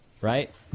right